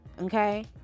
Okay